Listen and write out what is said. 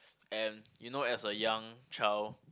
and you know as a young child